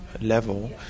level